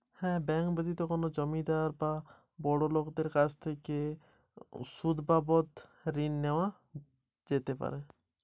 Bank ব্যতিত কোন বিকল্প পদ্ধতিতে ঋণ নেওয়া যায়?